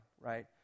right